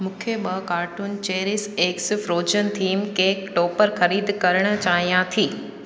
मूंखे ॿ काटून चेरिस एक्स फ्रोज़न थीम केक टॉपर ख़रीद करणु चाहियां थी